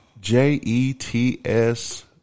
J-E-T-S